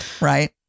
Right